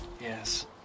Yes